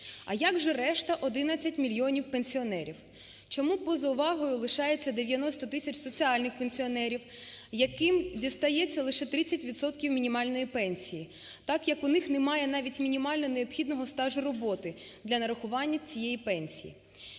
А як же решта 11 мільйонів пенсіонерів? Чому поза увагою лишаються 90 тисяч соціальних пенсіонерів, яким дістається лише 30 відсотків мінімальної пенсії, так як у них навіть немає мінімально необхідного стажу роботи для нарахування цієї пенсії?